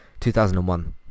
2001